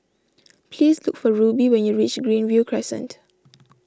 please look for Rubie when you reach Greenview Crescent